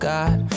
God